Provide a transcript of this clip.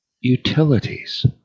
utilities